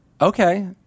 Okay